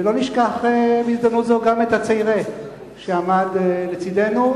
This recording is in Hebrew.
ולא נשכח בהזדמנות זו גם את הצירה שעמד לצדנו,